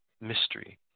mystery